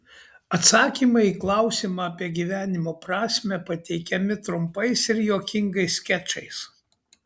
atsakymai į klausimą apie gyvenimo prasmę pateikiami trumpais ir juokingais skečais